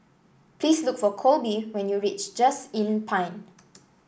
please look for Colby when you reach Just Inn Pine